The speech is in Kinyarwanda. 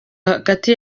hagati